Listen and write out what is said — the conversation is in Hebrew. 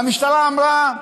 והמשטרה אמרה: